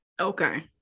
Okay